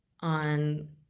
on